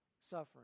suffering